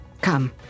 Come